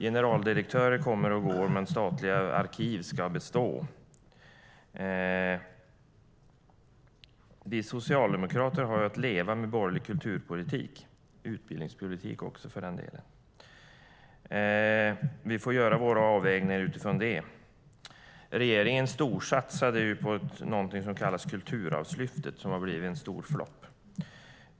Generaldirektörer kommer och går, men statliga arkiv ska bestå. Vi socialdemokrater har att leva med borgerlig kulturpolitik och utbildningspolitik. Vi får göra våra avvägningar utifrån det. Regeringen storsatsade på någonting som kallas Kulturarvslyftet, som har blivit en stor flopp.